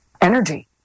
energy